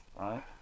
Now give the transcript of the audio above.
right